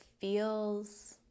feels